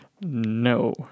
No